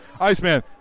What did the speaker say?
Iceman